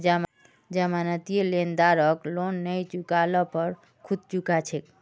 जमानती लेनदारक लोन नई चुका ल पर खुद चुका छेक